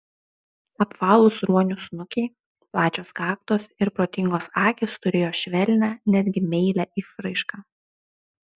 apvalūs ruonių snukiai plačios kaktos ir protingos akys turėjo švelnią netgi meilią išraišką